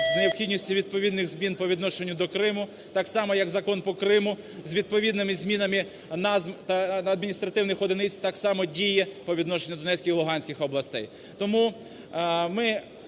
з необхідністю відповідних змін по відношенню до Криму, так само як закон по Криму з відповідними змінами назв та адміністративних одиниць, так само діє по відношенню до Донецької, Луганської областей.